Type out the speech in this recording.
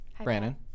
Brandon